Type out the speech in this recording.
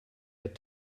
had